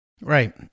Right